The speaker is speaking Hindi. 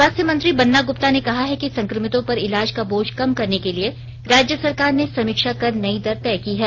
स्वास्थ्य मंत्री बन्ना गुप्ता ने कहा है कि संक्रमितों पर इलाज का बोझ कम करने के लिए राज्य सरकार ने समीक्षा कर नई दर तय की है